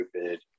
stupid